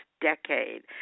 decade